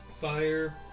fire